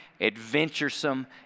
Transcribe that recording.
adventuresome